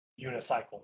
unicycle